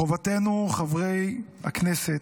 חובתנו, חברי הכנסת,